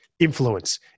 Influence